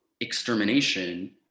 extermination